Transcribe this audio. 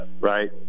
right